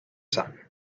sun